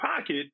pocket